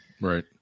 Right